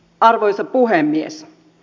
arvoisa puhemies